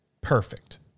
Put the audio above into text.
perfect